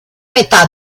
metà